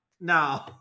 no